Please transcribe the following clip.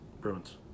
Bruins